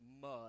mud